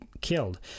killed